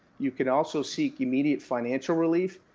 you can also seek immediate financial relief.